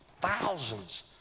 thousands